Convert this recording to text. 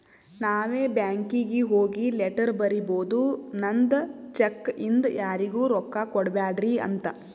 ನಾವೇ ಬ್ಯಾಂಕೀಗಿ ಹೋಗಿ ಲೆಟರ್ ಬರಿಬೋದು ನಂದ್ ಚೆಕ್ ಇಂದ ಯಾರಿಗೂ ರೊಕ್ಕಾ ಕೊಡ್ಬ್ಯಾಡ್ರಿ ಅಂತ